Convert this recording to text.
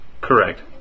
Correct